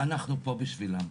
אנחנו פה בשבילם.